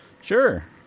Sure